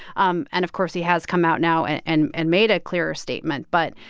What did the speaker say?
um and, of course, he has come out now and and and made a clearer statement. but,